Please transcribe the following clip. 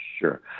Sure